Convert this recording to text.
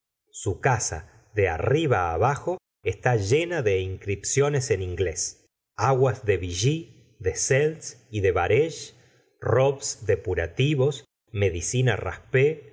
su casa de arriba abajo está llena de inscripciones en ingles aguas de vichy de seltz y de bareges robs depurativos medicina raspail